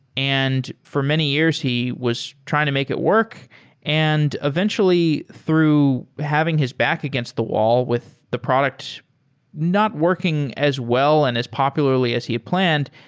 and for many years, he was trying to make it work and eventually through having his back against the wall with the product not working as well and as popularly as he had planned,